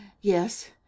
Yes